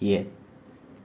ꯌꯦꯠ